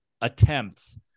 attempts